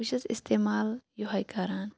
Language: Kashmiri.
بہٕ چھَس استعمال یُہے کَران